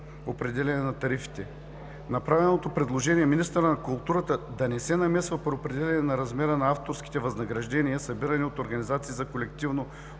определяне на тарифите. Направеното предложение министърът на културата да не се намесва при определяне на размера на авторските възнаграждения, събирани от организации за колективно